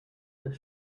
were